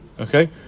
Okay